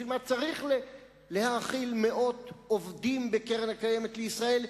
בשביל מה צריך להאכיל מאות עובדים בקרן הקיימת לישראל,